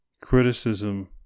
Criticism